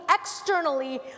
externally